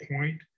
point